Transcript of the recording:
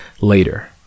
later